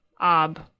Ob